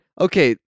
okay